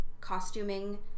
costuming